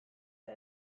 eta